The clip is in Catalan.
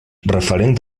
referent